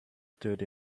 stood